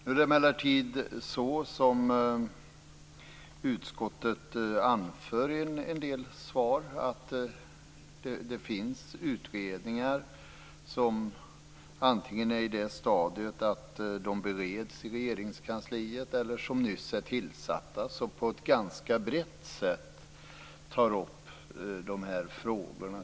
Nu är det emellertid så som utskottet anför, nämligen att det finns utredningar som antingen bereds i Regeringskansliet eller som nyss tillsatts. De skall på ett ganska brett sätt ta upp dessa frågor.